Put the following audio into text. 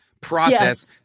process